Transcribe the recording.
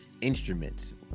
instruments